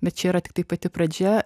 bet čia yra tiktai pati pradžia